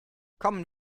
kommen